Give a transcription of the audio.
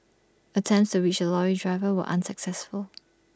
attempts to reach the lorry driver were unsuccessful